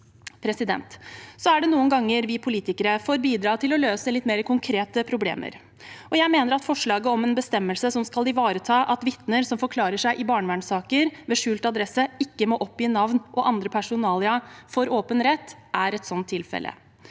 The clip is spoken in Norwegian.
Det er noen ganger vi politikere får bidra til å løse litt mer konkrete problemer. Jeg mener forslaget om en bestemmelse som skal ivareta at vitner som forklarer seg i barnevernssaker med skjult adresse, ikke må oppgi navn og andre personalia for åpen rett, er et sånt tilfelle.